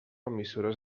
emissores